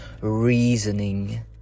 reasoning